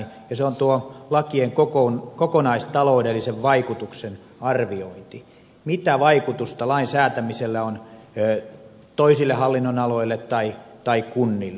se on tuo lakien kokonaistaloudellisen vaikutuksen arviointi mitä vaikutusta lain säätämisellä on toisille hallinnonaloille tai kunnille